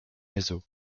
réseaux